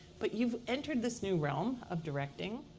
but you've entered this new realm of directing.